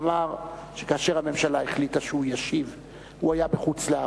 ואמר שכאשר הממשלה החליטה שהוא ישיב הוא היה בחוץ-לארץ.